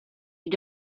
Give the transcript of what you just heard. you